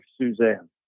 Suzanne